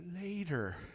later